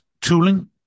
tooling